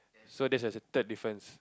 so that's the third difference